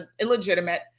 illegitimate